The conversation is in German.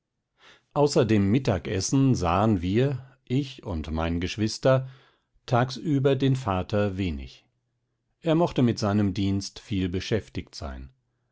dem mittagsessen sahen wir ich und mein geschwister tagüber den vater wenig er mochte mit seinem dienst viel beschäftigt sein